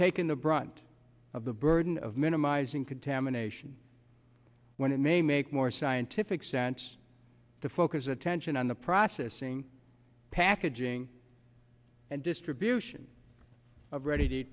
taken the brunt of the burden of minimizing contamination when it may make more scientific sense to focus attention on the processing packaging and distribution of ready to